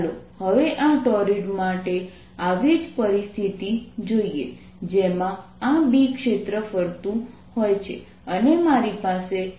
ચાલો હવે આ ટૉરિડ માટે આવી જ પરિસ્થિતિ જોઈએ જેમાં આ B ક્ષેત્ર ફરતું હોય છે અને મારી પાસે A B છે